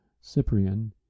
Cyprian